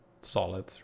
Solid